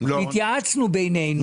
התייעצנו בינינו,